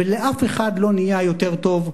ולאף אחד לא נהיה יותר טוב,